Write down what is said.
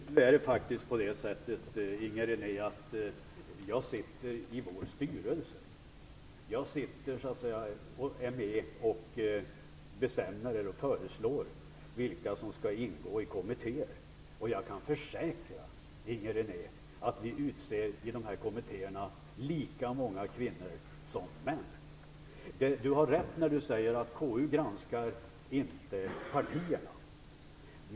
Herr talman! Jag sitter faktiskt i vår styrelse. Jag är med och föreslår vilka som skall ingå i kommittéer. Jag kan försäkra Inger René att vi utser i kommittéerna lika många kvinnor som män. Inger René har rätt när hon säger att KU inte granskar partierna.